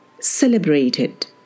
celebrated